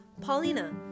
Paulina